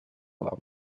вам